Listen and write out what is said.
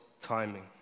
timing